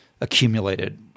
accumulated